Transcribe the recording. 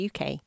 uk